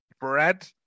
bread